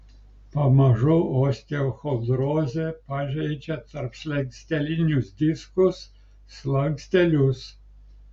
pamažu osteochondrozė pažeidžia tarpslankstelinius diskus slankstelius